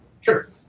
Sure